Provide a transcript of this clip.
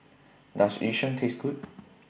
Does Yu Sheng Taste Good